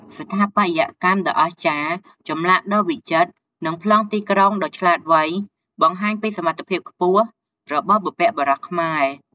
ស្ថាបត្យកម្មដ៏អស្ចារ្យ ចម្លាក់ដ៏វិចិត្រ និងប្លង់ទីក្រុងដ៏ឆ្លាតវៃ បង្ហាញពីសមត្ថភាពខ្ពស់របស់បុព្វបុរសខ្មែរ។